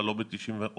אבל לא ב-90% או